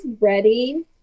ready